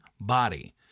Body